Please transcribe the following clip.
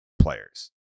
players